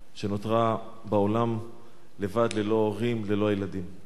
שנותרה בעולם לבד, ללא ההורים, ללא הילדים.